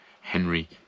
Henry